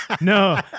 No